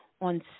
on